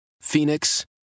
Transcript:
Phoenix